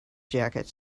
jacket